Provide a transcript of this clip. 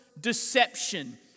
deception